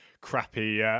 crappy